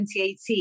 2018